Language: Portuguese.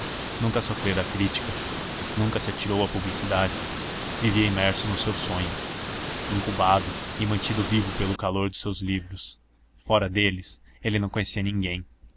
nunca sofrera críticas nunca se atirou à publicidade vivia imerso no seu sonho incubado e mantido vivo pelo calor dos seus livros fora deles ele não conhecia ninguém